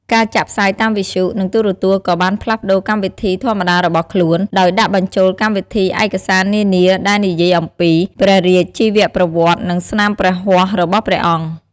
ការចាក់ផ្សាយតាមវិទ្យុ និងទូរទស្សន៍ក៏បានផ្លាស់ប្ដូរកម្មវិធីធម្មតារបស់ខ្លួន ដោយដាក់បញ្ចូលកម្មវិធីឯកសារនានាដែលនិយាយអំពីព្រះរាជជីវប្រវត្តិ និងស្នាព្រះហស្ថរបស់ព្រះអង្គ។